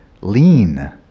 lean